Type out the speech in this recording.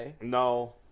No